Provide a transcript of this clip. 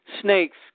snakes